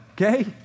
okay